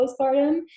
postpartum